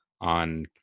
on